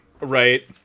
Right